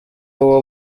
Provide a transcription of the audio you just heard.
uwo